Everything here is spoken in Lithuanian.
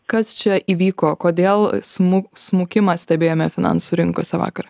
kas čia įvyko kodėl smu smukimą stebėjome finansų rinkose vakar